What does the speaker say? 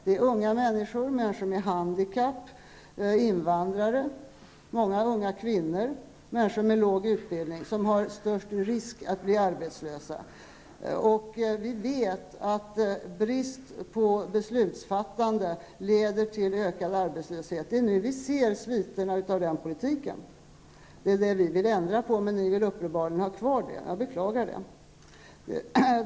Det är unga människor, människor med handikapp, invandrare, många unga kvinnor, människor med låg utbildning, som löper störst risk att bli arbetslösa. Vi vet att brist på beslutsfattande leder till ökad arbetslöshet. Det är nu vi ser sviterna av den politiken. Det vill vi ändra på, men ni vill uppenbarligen ha kvar denna brist. Jag beklagar det.